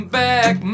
back